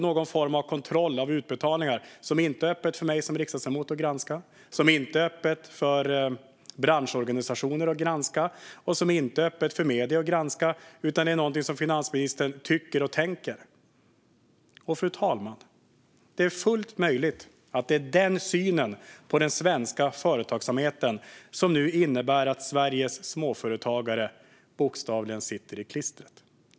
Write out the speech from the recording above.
Någon form av kontroll av utbetalningar har gjorts som inte är öppen för mig som riksdagsledamot att granska, inte öppen för branschorganisationer att granska och inte öppen för medierna att granska - utan det är något som finansministern tycker och tänker. Fru talman! Det är fullt möjligt att det är denna syn på den svenska företagsamheten som innebär att Sveriges småföretagare nu bokstavligen sitter i klistret.